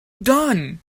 done